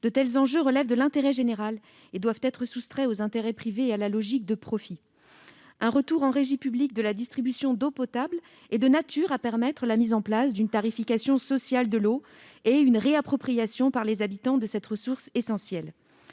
De tels enjeux relèvent de l'intérêt général et doivent être soustraits aux intérêts privés et à la logique de profit. Un retour en régie publique de la distribution d'eau potable est de nature à permettre la mise en place d'une tarification sociale de l'eau et une réappropriation par les habitants de cette ressource essentielle.